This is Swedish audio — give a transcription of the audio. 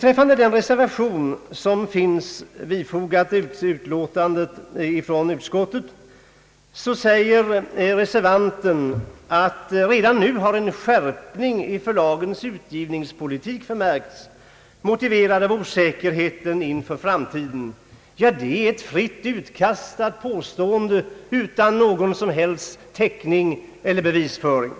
I den reservation som är fogad vid utlåtandet skriver reservanten: »Redan nu har en skärpning i förlagens utgivningspolitik förmärkts, motiverad med osäkerheten inför framtiden.» Det är ett fritt utkastat påstående utan någon som helst täckning eller bevisföring.